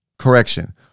Correction